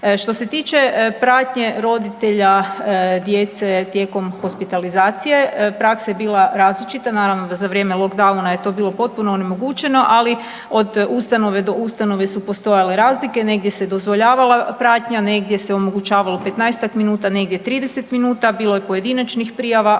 Što se tiče pratnje roditelja djece tijekom hospitalizacije, praksa je bila različita, naravno da za vrijeme lockdowna je to bilo potpuno onemogućeno, ali od ustanove do ustanove su postojale razlike, negdje se dozvoljavala pratnja, negdje se omogućavalo 15-ak minuta, negdje 30 minuta, bilo je pojedinačnih prijava,